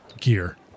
gear